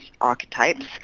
archetypes